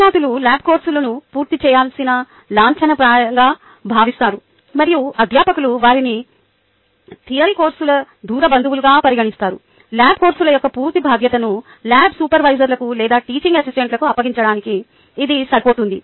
విద్యార్థులు ల్యాబ్ కోర్సులను పూర్తి చేయాల్సిన లాంఛనప్రాయంగా భావిస్తారు మరియు అధ్యాపకులు వారిని థియరీ కోర్సుల దూరపు బంధువులుగా పరిగణిస్తారు ల్యాబ్ కోర్సుల యొక్క పూర్తి బాధ్యతను ల్యాబ్ సూపర్వైజర్లకు లేదా టీచింగ్ అసిస్టెంట్లకు అప్పగించడానికి ఇది సరిపోతుంది